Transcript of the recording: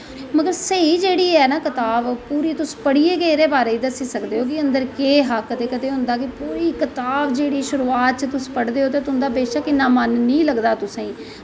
मतलव स्हेई जेह्ड़ी ऐ ना कताब तुस पढ़ियै गै तुस दस्सी सकदे हो कि केह् हा कदैं कदैं पूरी कताब जेह्ड़ी शुरुआत च पढ़दे हो ते बेशक्क मन नेंई लगदा तुसेंगी